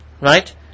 right